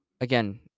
again